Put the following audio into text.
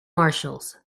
marshals